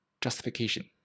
justification